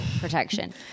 protection